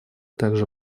также